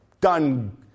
done